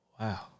wow